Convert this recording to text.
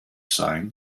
sein